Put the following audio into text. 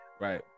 Right